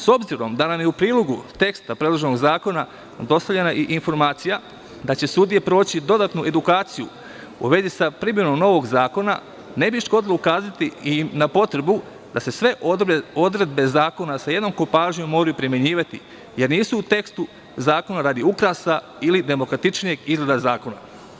S obzirom da nam je u prilogu teksta predloženog zakona dostavljena i informacija da će sudije proći dodatnu edukaciju u vezi sa primenom novog zakona, ne bi škodilo ukazati i na potrebu da se sve odredbe zakona sa jednakom pažnjom moraju primenjivati jer nisu u tekstu zakona radi ukrasa ili demokratičnijeg izgleda zakona.